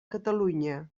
catalunya